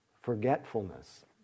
forgetfulness